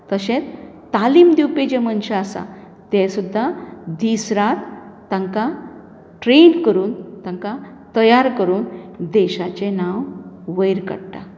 तशेंच तालीम दिवपी जे मनशां आसा ते सुद्दां दीस रात तांकां ट्रॅन करून तांकां तयार करून देशाचें नांव वयर काडटा